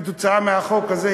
בגלל החוק הזה,